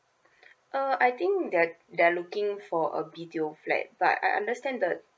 uh I think they're they are looking for a video flat but I understand the